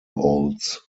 olds